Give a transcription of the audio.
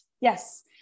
Yes